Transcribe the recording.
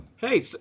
Hey